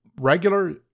regular